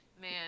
man